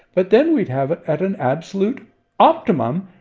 but then we'd have it at an absolute optimum,